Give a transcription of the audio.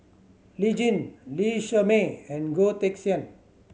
Lee Tjin Lee Shermay and Goh Teck Sian